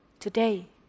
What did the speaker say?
Today